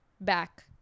back